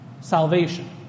salvation